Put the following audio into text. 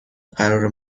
قرار